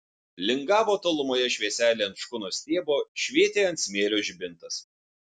lingavo tolumoje švieselė ant škunos stiebo švietė ant smėlio žibintas